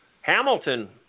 Hamilton